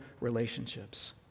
relationships